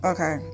Okay